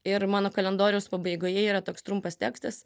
ir mano kalendoriaus pabaigoje yra toks trumpas tekstas